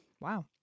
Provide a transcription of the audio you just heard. wow